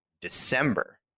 December